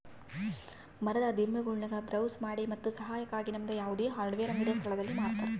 ಮರದ ದಿಮ್ಮಿಗುಳ್ನ ಬ್ರೌಸ್ ಮಾಡಿ ಮತ್ತು ಸಹಾಯಕ್ಕಾಗಿ ನಮ್ಮ ಯಾವುದೇ ಹಾರ್ಡ್ವೇರ್ ಅಂಗಡಿಯ ಸ್ಥಳದಲ್ಲಿ ಮಾರತರ